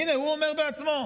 הינה, הוא אומר בעצמו.